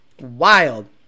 Wild